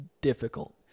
difficult